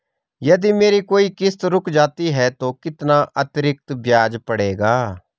यदि मेरी कोई किश्त रुक जाती है तो कितना अतरिक्त ब्याज पड़ेगा?